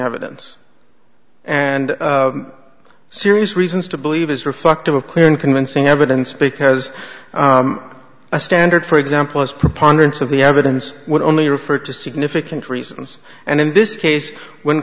evidence and serious reasons to believe is reflective of clear and convincing evidence because a standard for example as preponderance of the evidence would only refer to significant reasons and in this case when